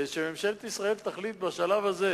ושממשלת ישראל תחליט בשלב הזה